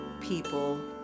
people